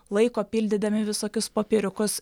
laiko pildydami visokius popieriukus